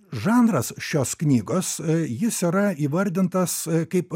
žanras šios knygos jis yra įvardintas kaip